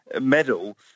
medal